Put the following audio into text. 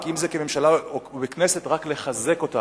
כממשלה או ככנסת, רק לחזק אותם,